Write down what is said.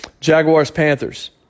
Jaguars-Panthers